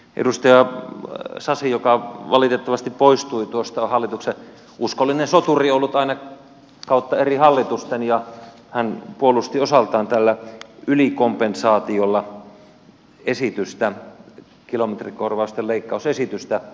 edustaja sasi joka valitettavasti poistui tuosta on hallituksen uskollinen soturi ollut aina kautta eri hallitusten ja hän puolusti osaltaan tällä ylikompensaatiolla kilometrikorvausten leikkausesitystä